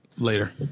Later